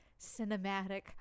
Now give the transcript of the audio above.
cinematic